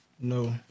No